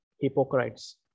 hypocrites